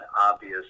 obvious